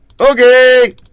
Okay